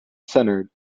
center